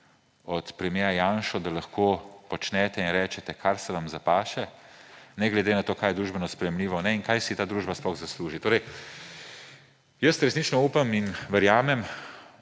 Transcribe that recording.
od premierja Janše, da lahko počnete in rečete, kar se vam zapaše, ne glede na to, kaj je družbeno sprejemljivo in kaj si ta družba sploh zasluži. Resnično upam in verjamem,